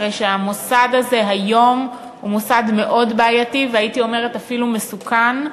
הרי שהמוסד הזה היום הוא מוסד מאוד בעייתי והייתי אומרת אפילו מסוכן.